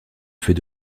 fait